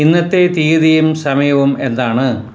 ഇന്നത്തെ തീയതിയും സമയവും എന്താണ്